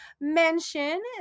mention